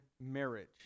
marriage